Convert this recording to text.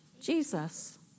Jesus